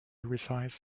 resides